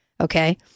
Okay